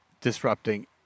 disrupting